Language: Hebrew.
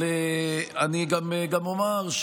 אבל אני גם אומר,